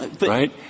Right